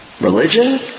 Religion